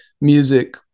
music